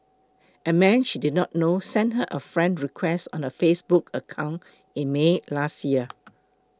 a man she did not know sent her a friend request on her Facebook account in May last year